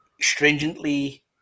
stringently